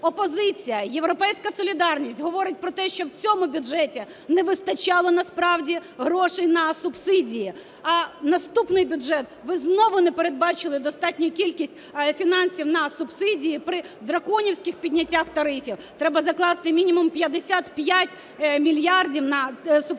Опозиція, "Європейська солідарність" говорить про те, що в цьому бюджеті не вистачало насправді грошей на субсидії, а наступний бюджет ви знову не передбачили достатню кількість фінансів на субсидії при драконівських підняттях тарифів. Треба закласти мінімум 55 мільярдів на субсидії.